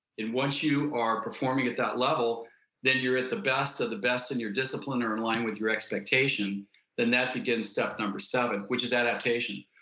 once you are performing at that level then you're at the best of the best in your discipline or in line with your expectation then that begins step number seven which is adaptation.